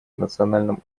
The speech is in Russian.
национальном